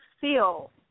feel